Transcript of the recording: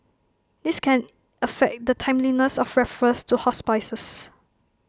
this can affect the timeliness of referrals to hospices